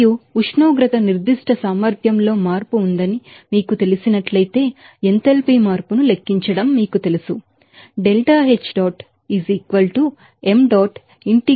మరియు ఉష్ణోగ్రతతో specific capacity లో మార్పు ఉంటె ఎంథాల్పీ మార్పును లికించాలి